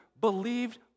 believed